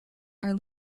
our